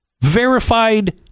Verified